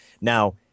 Now